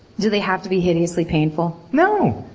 do they have to be hideously painful? no!